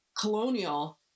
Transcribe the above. Colonial